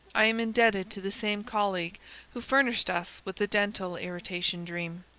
i am indebted to the same colleague who furnished us with the dental-irritation dream.